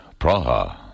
Praha